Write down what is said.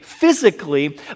physically